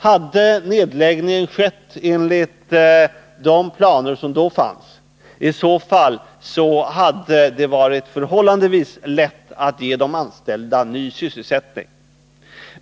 Hade nedläggningen företagits enligt de planer som fanns då, hade det varit förhållandevis lätt att ge de anställda ny sysselsättning.